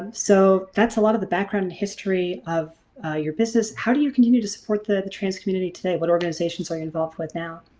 so that's a lot of the background and history of your business. how do you continue to support the the trans community today? what organizations are you involved with now?